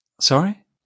Sorry